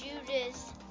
Judas